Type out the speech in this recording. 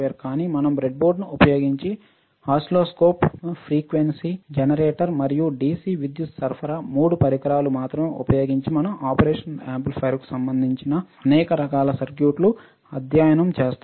కానీ మనం బ్రెడ్బోర్డును ఉపయోగించి ఓసిల్లోస్కోప్ ఫ్రీక్వెన్సీ జెనరేటర్ మరియు డిసి విద్యుత్ సరఫరా మూడు పరికరాలు మాత్రమే ఉపయోగించి మనం ఆపరేషనల్ యాంప్లిఫైయర్కు సంబంధించిన అనేక రకాల సర్క్యూట్లు అధ్యయనం చేస్తాము